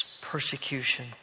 persecution